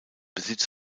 besitz